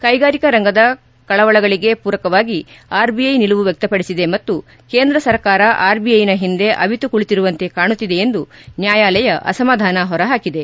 ಕೈಗಾರಿಕಾ ರಂಗದ ಕಳವಳಿಗಳಿಗೆ ಪೂರಕವಾಗಿ ಆರ್ಬಿಐ ನಿಲುವು ವ್ಯಕ್ತಪಡಿಸಿದೆ ಮತ್ತು ಕೇಂದ್ರ ಸರ್ಕಾರ ಆರ್ಬಿಐನ ಹಿಂದೆ ಅವಿತು ಕುಳಿತಿರುವಂತೆ ಕಾಣುತ್ತಿದೆ ಎಂದು ನ್ಯಾಯಾಲಯ ಅಸಮಾಧಾನ ಹೊರಹಾಕಿದೆ